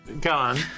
Gone